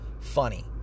funny